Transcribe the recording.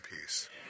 peace